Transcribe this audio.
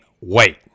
wait